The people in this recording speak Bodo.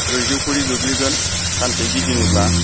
ब्रैजौ खरि गोग्लैगोन सानसे गिदिङोब्ला